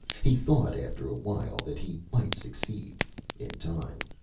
he thought, after a while, that he might succeed in time.